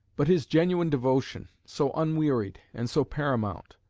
but his genuine devotion, so unwearied and so paramount,